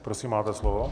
Prosím, máte slovo.